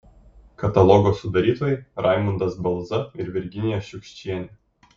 katalogo sudarytojai raimundas balza ir virginija šiukščienė